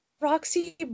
Roxy